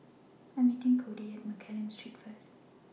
I Am meeting Codi At Mccallum Street First